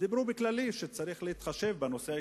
אמרו בכלליות שצריך להתחשב בנושא ההתנחלויות.